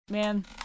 man